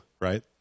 right